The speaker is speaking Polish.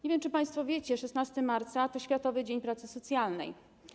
Nie wiem, czy państwo wiecie, że 16 marca to Światowy Dzień Pracy Socjalnej.